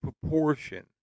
proportion